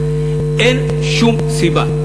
אין שום סיבה,